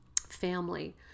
family